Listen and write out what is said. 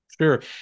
Sure